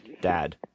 dad